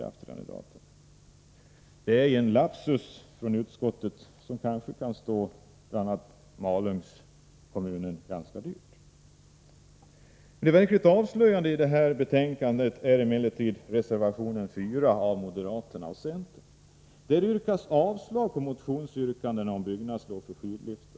Detta är en lapsus från utskottet, som kanske kan stå bl.a. Malungs kommun ganska dyrt. Det verkligt avslöjande i betänkandet är emellertid reservation 4 av moderaterna och centern. Där yrkas avslag på motionsyrkandet om byggnadslov för skidliftar.